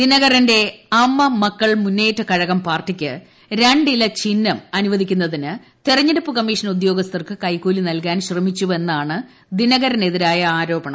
ദിനകരന്റെ അമ്മ മക്കൾ മുന്നേറ്റ കഴകം പാർട്ടിക്ക് രണ്ടില ചിഹ്നം അനുവദിക്കുന്നതിന് തെരഞ്ഞെടുപ്പ് കമ്മീഷൻ ഉദ്യോഗസ്ഥർക്ക് കൈക്കൂലി നൽകാൻ ശ്രമിച്ചുവെന്നാണ് ദിനകരനെതിരായ ആരോപണം